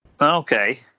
Okay